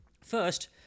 First